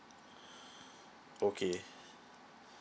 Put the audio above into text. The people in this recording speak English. okay